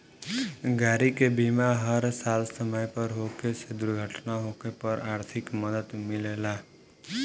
गाड़ी के बीमा हर साल समय पर होखे से दुर्घटना होखे पर आर्थिक मदद मिलेला